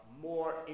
more